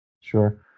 Sure